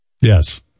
Yes